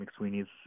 McSweeney's